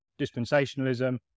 dispensationalism